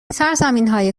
سرزمینهای